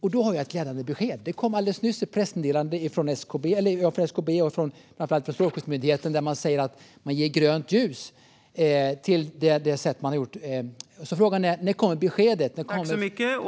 Jag har ett glädjande besked: Det kom alldeles nyss ett pressmeddelande från SKB och framför allt från Strålsäkerhetsmyndigheten, där man säger att man ger grönt ljus till det sättet. Frågan är därför: När kommer beskedet från regeringen?